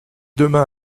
demain